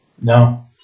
no